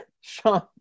sean